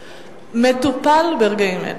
מטופל ברגעים אלה.